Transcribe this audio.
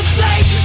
take